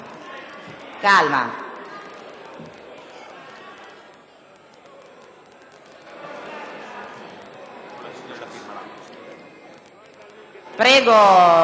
Prego, senatore